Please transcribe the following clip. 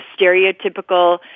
stereotypical